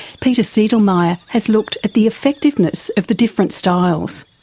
peter seidlmeier has looked at the effectiveness of the different styles.